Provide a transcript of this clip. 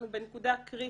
אנחנו בנקודה קריטית.